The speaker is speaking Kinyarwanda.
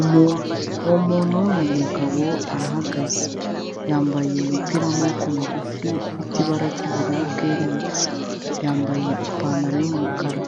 Umuntu, uwo muntu n'umugabo arahagaze, yambaye umupira w'amaboko magufi ufite ibara ry'ubururu bwerurutse, yambaye ipantaro y'umukara,